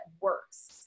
works